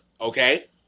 okay